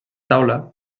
taula